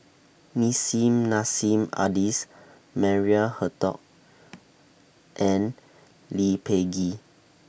Nissim Nassim Adis Maria Hertogh and Lee Peh Gee